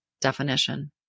definition